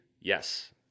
yes